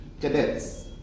cadets